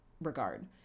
regard